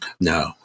No